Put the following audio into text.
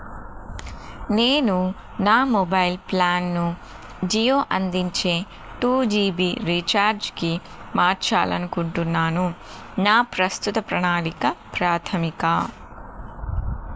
నేను నా మొబైల్ ప్లాన్ను జియో అందించే టూ జీబి రీఛార్జ్కి మార్చాలనుకుంటున్నాను నా ప్రస్తుత ప్రణాళిక ప్రాథమిక